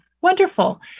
Wonderful